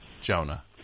Jonah